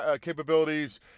capabilities